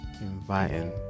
inviting